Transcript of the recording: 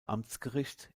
amtsgericht